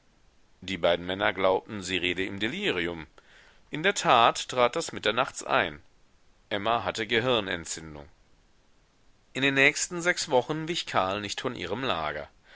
die beiden männer glaubten sie rede im delirium in der tat trat das mitternachts ein emma hatte gehirnentzündung in den nächsten sechs wochen wich karl nicht von ihrem lager